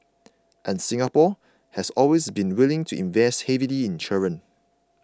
and Singapore has always been willing to invest heavily in children